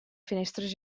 finestres